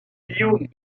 guillaume